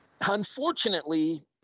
Unfortunately